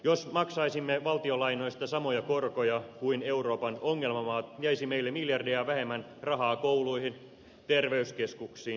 jos maksaisimme valtionlainoista samoja korkoja kuin euroopan ongelmamaat jäisi meillä miljardeja vähemmän rahaa kouluihin terveyskeskuksiin ja vanhainkoteihin